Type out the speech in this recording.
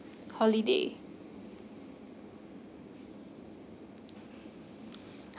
holiday